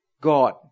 God